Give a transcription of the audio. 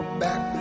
back